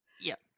Yes